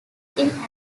action